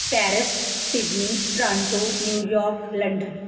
Paris Sydney Toronto New York London